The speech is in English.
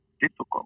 difficult